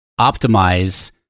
optimize